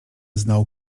znał